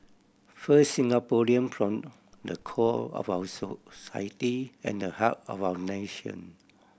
first Singaporean form the core of our society and the heart of our nation